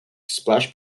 splash